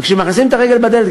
וכשמכניסים את הרגל בדלת,